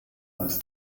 als